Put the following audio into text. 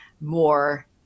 more